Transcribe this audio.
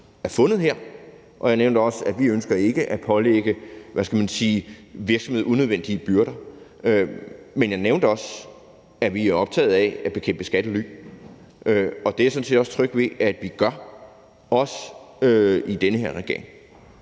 er fundet her. Og jeg nævnte også, at vi ikke ønsker at pålægge en virksomhed unødvendige byrder. Men jeg nævnte også, at vi er optaget af at bekæmpe skattely, og det er jeg sådan set også tryg ved at vi gør, også i den her regering.